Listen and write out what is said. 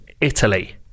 Italy